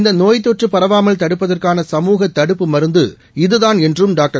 இந்த நோய்த்தொற்று பரவாமல் தடுப்பதற்காள சமூக தடுப்புப் மருந்து இதுதான் என்றும் டாக்டர்